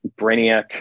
brainiac